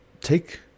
take